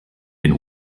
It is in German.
den